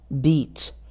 beat